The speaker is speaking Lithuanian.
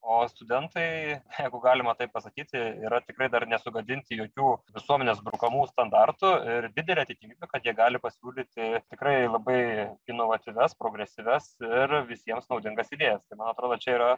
o studentai jeigu galima taip pasakyti yra tikrai dar nesugadinti jokių visuomenės brukamų standartų ir didelė tikimybė kad jie gali pasiūlyti tikrai labai inovatyvias progresyvias ir visiems naudingas idėjas tai man atrodo čia yra